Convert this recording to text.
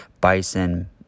bison